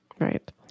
Right